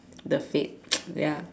the fate ya